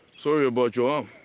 sorry about your arm.